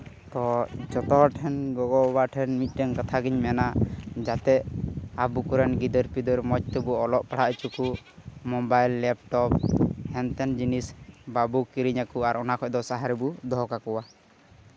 ᱛᱚ ᱡᱷᱚᱛᱚ ᱦᱚᱲ ᱴᱷᱮᱱ ᱜᱚᱜᱚᱼᱵᱟᱵᱟ ᱴᱷᱮᱱ ᱢᱤᱫᱴᱮᱱ ᱠᱟᱛᱷᱟ ᱜᱮᱧ ᱢᱮᱱᱟ ᱡᱟᱛᱮ ᱟᱵᱚ ᱠᱚᱨᱮᱱ ᱜᱤᱫᱟᱹᱨᱼᱯᱤᱫᱟᱹᱨ ᱢᱚᱡᱽ ᱛᱮᱵᱚᱱ ᱚᱞᱚᱜ ᱯᱟᱲᱦᱟᱣ ᱦᱚᱪᱚ ᱠᱚ ᱢᱳᱵᱟᱭᱤᱞ ᱞᱮᱯᱴᱚᱯ ᱦᱮᱱ ᱛᱮᱱ ᱡᱤᱱᱤᱥ ᱵᱟᱵᱚ ᱠᱤᱨᱤᱧ ᱟᱠᱚᱣᱟ ᱟᱨ ᱚᱟᱱ ᱠᱷᱚᱡ ᱫᱚ ᱥᱟᱦᱟ ᱨᱮᱵᱚᱱ ᱫᱚᱦᱚ ᱠᱟᱠᱚᱣᱟ